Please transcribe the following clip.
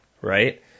right